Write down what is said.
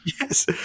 Yes